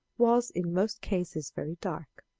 was, in most cases, very dark.